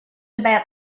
about